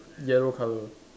yellow colour